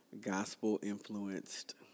gospel-influenced